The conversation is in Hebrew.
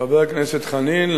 חבר הכנסת חנין,